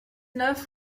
neuf